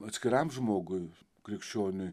atskiram žmogui krikščioniui